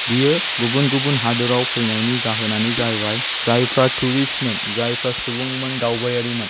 बेयो गुबुन गुबुन हादोराव फैनायनि जाहोनानो जाहैबाय जायफोरा टुरिस्टमोन जायफोर सुबुंमोन दावबायारिमोन